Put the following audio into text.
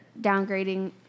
downgrading